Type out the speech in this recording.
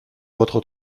votre